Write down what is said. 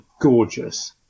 gorgeous